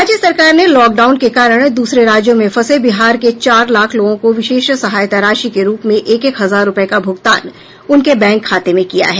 राज्य सरकार ने लॉकडाउन के कारण दूसरे राज्यों में फंसे बिहार के चार लाख लोगों को विशेष सहायता राशि के रूप में एक एक हजार रूपये का भूगतान उनके बैंक खाते में किया है